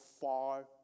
far